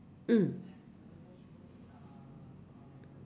mm